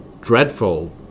dreadful